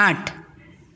आठ